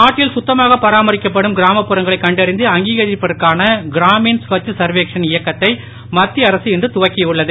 நாட்டில் கத்தமாகப் பராமரிக்கப்படும் கிராமப்புறங்களை கண்டறிந்து அங்கீகரிப்பதற்கான கிராமீண் ஸ்வச் சர்வேக்ஷன் இயக்கத்தை மத்திய அரசு இன்று துவக்கியுள்ளது